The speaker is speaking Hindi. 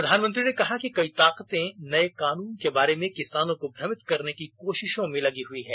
प्रधानमंत्री ने कहा कि कई ताकतें नए कानून के बारे में किसानों को भ्रमित करने की कोशिशों में लगी है